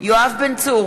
יואב בן צור